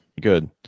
Good